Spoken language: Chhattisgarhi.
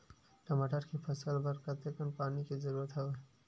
टमाटर के फसल बर कतेकन पानी के जरूरत हवय?